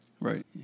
Right